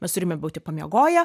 mes turime būti pamiegoję